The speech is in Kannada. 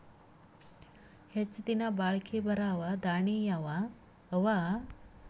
ಹೆಚ್ಚ ದಿನಾ ಬಾಳಿಕೆ ಬರಾವ ದಾಣಿಯಾವ ಅವಾ?